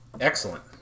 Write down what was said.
Excellent